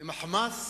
הם ה"חמאס"?